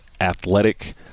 athletic